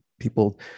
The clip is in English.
people